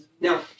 Now